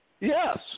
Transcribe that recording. Yes